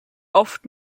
oft